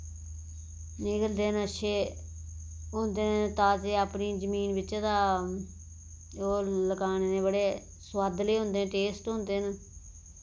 निकलदे न अच्छे होंदे न ताजे अपनी जमीन बिच दा ओह् लगाने दे बड़े स्वादले होंदे न टेस्ट होंदे न